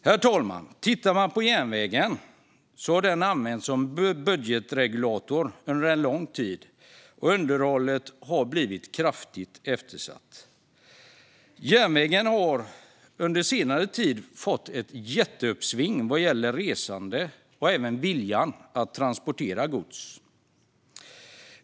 Herr talman! Järnvägen har använts som budgetregulator under lång tid, och underhållet har blivit kraftigt eftersatt. Järnvägen har under senare tid fått ett jätteuppsving vad gäller resandet och viljan att transportera gods.